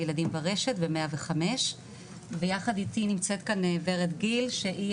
ילדים ברשת ו-105 ויחד איתי נמצאת כאן ורד גיל שהיא